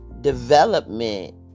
development